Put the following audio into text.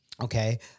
Okay